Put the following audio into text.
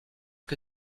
que